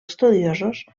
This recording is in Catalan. estudiosos